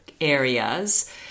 areas